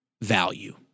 value